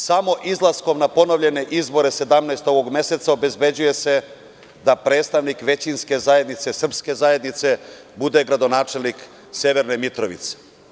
Samo izlaskom na ponovljene izbore 17. ovog meseca obezbeđuje se da predstavnik većinske zajednice, srpske zajednice bude gradonačelnik Severne Mitrovice.